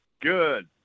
Good